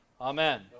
Amen